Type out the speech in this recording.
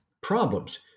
problems